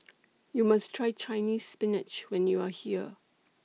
YOU must Try Chinese Spinach when YOU Are here